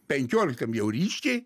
penkioliktam jau ryškiai